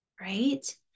right